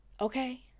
okay